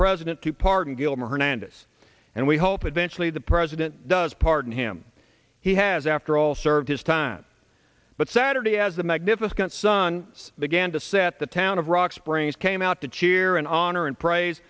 president to pardon gilmer hernandez and we hope eventually the president does pardon him he has after all served his time but saturday as the magnificent sun began to set the town of rock springs came out to cheer and honor and praise